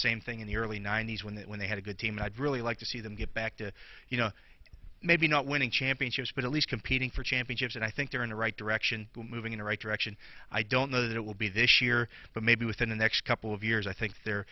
same thing in the early ninety's when they when they had a good team i'd really like to see them get back to you know maybe not winning championships but at least competing for championships and i think they're in the right direction moving in the right direction i don't know that it will be this year but maybe within the next couple of years i think they're